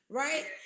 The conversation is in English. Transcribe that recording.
right